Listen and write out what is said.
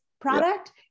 product